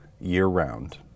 year-round